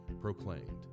proclaimed